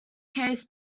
case